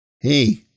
Hey